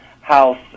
house